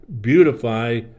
beautify